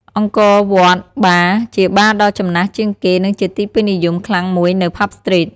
Angkor Wat Bar ជាបារដ៏ចំណាស់ជាងគេ និងជាទីពេញនិយមខ្លាំងមួយនៅ ផាប់ ស្ទ្រីត។